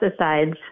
pesticides